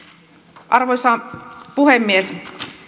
arvoisa puhemies